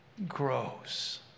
grows